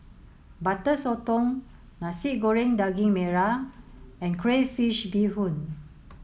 Butter Sotong Nasi Goreng Daging Merah and Crayfish Beehoon